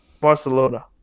Barcelona